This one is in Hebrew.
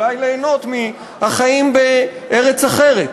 אולי ליהנות מהחיים בארץ אחרת?